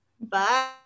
Bye